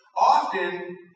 Often